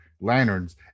lanterns